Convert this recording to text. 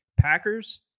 Packers